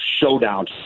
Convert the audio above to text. showdown